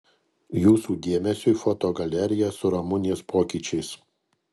jūsų dėmesiui foto galerija su ramunės pokyčiais